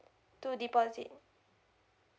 two deposit